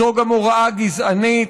זו גם הוראה גזענית,